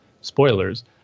spoilers